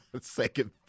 Second